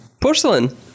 Porcelain